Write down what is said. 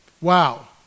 Wow